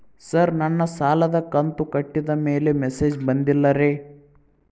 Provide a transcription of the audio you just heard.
sir ನನ್ನ ಸಾಲದ ಕಂತು ಕಟ್ಟಿದಮೇಲೆ ಮೆಸೇಜ್ ಬಂದಿಲ್ಲ ರೇ